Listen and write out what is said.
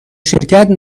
شرکت